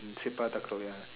mm sepka-takraw ya